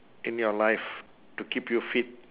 in your life to keep you fit